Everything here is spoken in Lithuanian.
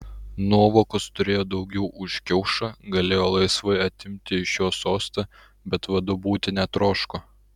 nuovokos turėjo daugiau už kiaušą galėjo laisvai atimti iš jo sostą bet vadu būti netroško